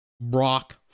Brock